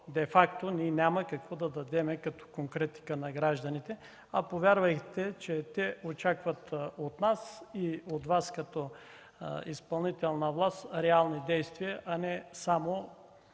де факто няма какво да дадем като конкретика на гражданите, а, повярвайте, те очакват от нас и от Вас като изпълнителна власт реални действия, а не само